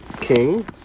king